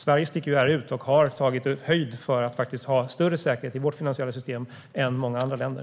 Sverige sticker ut här och har tagit höjd för att ha större säkerhet i vårt finansiella system än många andra länder.